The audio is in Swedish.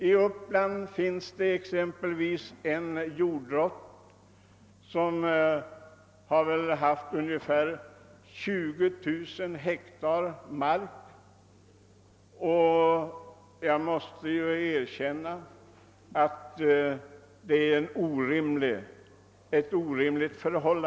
I Uppland finns exempelvis en jorddrott som har ungefär 20 000 hektar mark, vilket måste sägas vara orimligt.